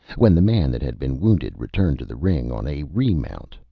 when the man that had been wounded returned to the ring on a remount,